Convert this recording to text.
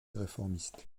réformiste